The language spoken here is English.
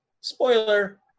spoiler